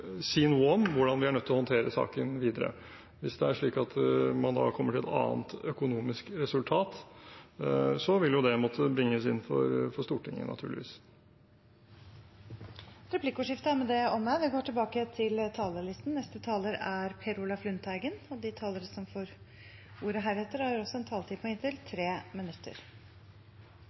si noe om hvordan vi er nødt til å håndtere saken videre. Hvis det er slik at man da kommer til et annet økonomisk resultat, vil det måtte bringes inn for Stortinget, naturligvis. Replikkordskiftet er dermed omme. De talerne som heretter får ordet, har også en taletid på inntil 3 minutter. Det vi opplever nå, er meget spesielt. Jeg har aldri vært med på